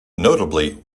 notably